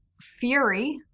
fury